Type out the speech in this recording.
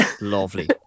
lovely